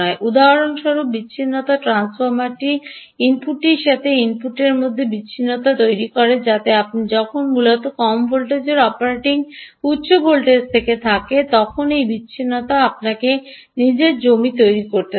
উদাহরণস্বরূপ বিচ্ছিন্নতা ট্রান্সফর্মারটি ইনপুটটির সাথে ইনপুটটির মধ্যে বিচ্ছিন্নতা তৈরি করে যাতে আপনি যখন মূলত কম ভোল্টেজের অপারেটিং উচ্চ ভোল্টেজ থেকে থাকে তখন এই বিচ্ছিন্নতা আপনাকে নিজের জমি তৈরি করতে দেয়